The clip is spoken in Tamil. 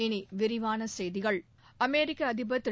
இனி விரிவான செய்திகள் அமெரிக்க அதிபர் திரு